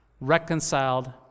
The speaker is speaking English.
reconciled